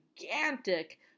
gigantic